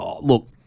look